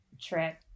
trip